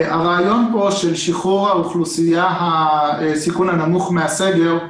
הרעיון פה הוא של שחרור האוכלוסייה בסיכון הנמוך מן הסגר.